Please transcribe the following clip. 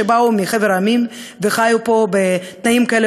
שבאו מחבר המדינות וחיו פה בתנאים כאלה